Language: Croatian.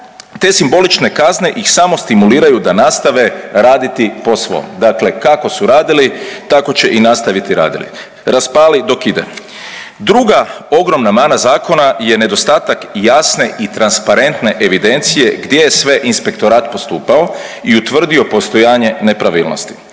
te simbolične kazne ih samo stimuliraju da nastave raditi po svom, dakle kako su radili tako će i nastaviti raditi. Raspali dok ide. Druga ogromna mana zakona je nedostatak jasne i transparentne evidencije gdje je sve inspektorat postupao i utvrdio postojanje nepravilnosti,